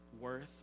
worth